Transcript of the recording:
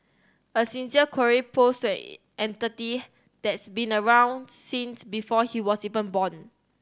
a sincere query posed to it entity that's been around since before he was even born